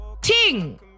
Ting